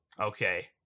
Okay